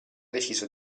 deciso